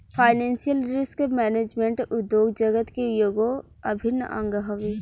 financial risk management उद्योग जगत के एगो अभिन्न अंग हवे